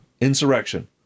Insurrection